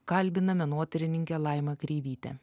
kalbina menotyrininkė laima kreivytė